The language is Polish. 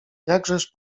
jakżeż